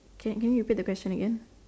can can you repeat the question again